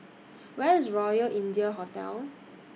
Where IS Royal India Hotel